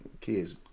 kids